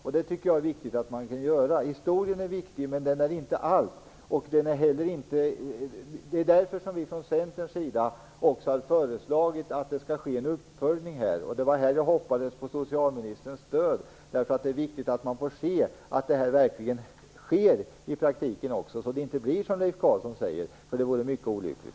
Det tycker jag att det är viktigt att man kan göra. Historien är viktig men den är inte allt. Därför har vi från Centerns sida också föreslagit att det skall ske en uppföljning. Det är här jag hoppas på socialministerns stöd. Det är viktigt att det här sker i praktiken, så att det inte blir som Leif Carlson säger. Det vore mycket olyckligt.